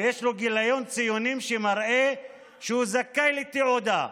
ויש לו גיליון ציונים שמראה שהוא זכאי לתעודה,